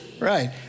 Right